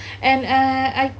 and and and